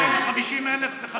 250,000 זה,